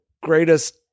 greatest